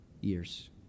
years